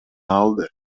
алды